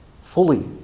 fully